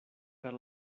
per